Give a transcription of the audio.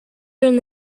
earned